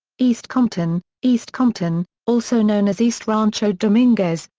east compton east compton, also known as east rancho dominguez,